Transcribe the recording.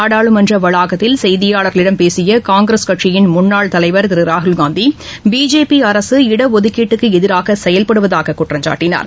நாடாளுமன்ற வளாகத்தில் செய்தியாளர்களிடம் பேசிய காங்கிரஸ் கட்சியின் முன்னாள் தலைவர் திரு ராகுல்காந்தி பிஜேபி அரசு இடஒதுக்கீட்டுக்கு எதிராக செயல்படுவதாக குற்றம்சாட்டினார்